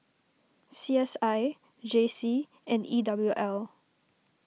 C S I J C and E W L